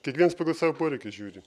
kiekviens pagal savo poreikį žiūri